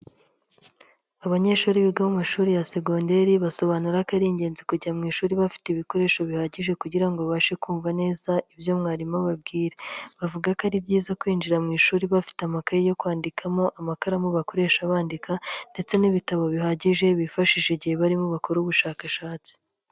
Abanyeshuri biga mu mashuri ya segonderi basobanura ko ari ingenzi kujya mu ishuri bafite ibikoresho bihagije kugira babashe kumva neza ibyo mwarimu ababwira. Bavuga ko ari byiza kwinjira mu ishuri bafite amakaye yo kwandikamo, amakaramu bakoresha bandika ndetse n'ibitabo bihagije bifashisha igihe barimo bakora ubushakashatsi.